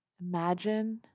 imagine